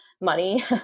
money